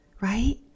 right